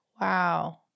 wow